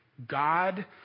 God